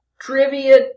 Trivia